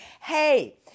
hey